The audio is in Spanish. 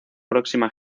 próxima